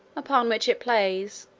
upon which it plays,